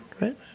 Right